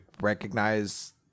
recognize